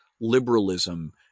liberalism